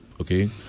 okay